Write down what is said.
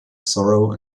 sorrow